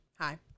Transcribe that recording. Hi